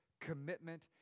commitment